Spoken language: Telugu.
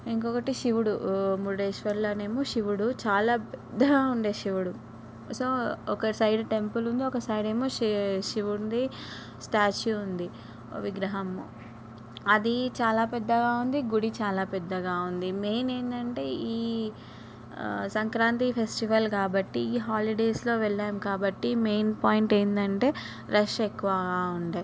ఇంకొకటి శివుడు మురుడేశ్వర్లోనేమో శివుడు చాలా పెద్దగా ఉండే శివుడు సో ఒక సైడ్ టెంపుల్ ఉంది ఒక సైడ్ ఏమో శి శివుడు ఉంది స్టాచ్యూ ఉంది విగ్రహం అది చాలా పెద్దగా ఉంది గుడి చాలా పెద్దగా ఉంది మెయిన్ ఏందంటే ఈ సంక్రాంతి ఫెస్టివల్ కాబట్టి ఈ హాలిడేస్లో వెళ్ళాం కాబట్టి మెయిన్ పాయింట్ ఏంటంటే రష్ ఎక్కువగా ఉండే